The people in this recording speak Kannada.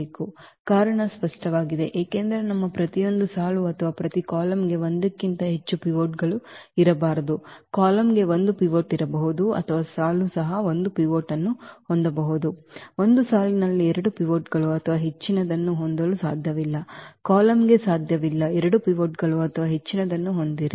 ಕಾರಣ ಸ್ಪಷ್ಟವಾಗಿದೆ ಏಕೆಂದರೆ ನಮ್ಮ ಪ್ರತಿಯೊಂದು ಸಾಲು ಅಥವಾ ಪ್ರತಿ ಕಾಲಮ್ಗೆ ಒಂದಕ್ಕಿಂತ ಹೆಚ್ಚು ಪಿವೋಟ್ಗಳು ಇರಬಾರದು ಕಾಲಮ್ಗೆ ಒಂದು ಪಿವೋಟ್ ಇರಬಹುದು ಅಥವಾ ಸಾಲು ಸಹ ಒಂದು ಪಿವೋಟ್ ಅನ್ನು ಹೊಂದಬಹುದು ಒಂದು ಸಾಲಿನಲ್ಲಿ ಎರಡು ಪಿವೋಟ್ಗಳು ಅಥವಾ ಹೆಚ್ಚಿನದನ್ನು ಹೊಂದಲು ಸಾಧ್ಯವಿಲ್ಲ ಕಾಲಮ್ಗೆ ಸಾಧ್ಯವಿಲ್ಲ ಎರಡು ಪಿವೋಟ್ಗಳು ಅಥವಾ ಹೆಚ್ಚಿನದನ್ನು ಹೊಂದಿರಿ